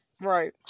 right